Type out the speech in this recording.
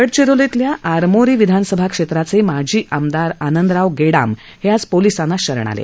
गडचिरोलीतल्या आरमोरी विधानसभा क्षेत्राचे माजी आमदार आनंदराव गेडाम हे आज पोलीसांना शरण आले